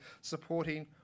supporting